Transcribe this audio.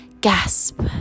gasp